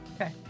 Okay